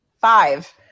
five